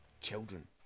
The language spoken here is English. Children